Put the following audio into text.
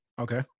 Okay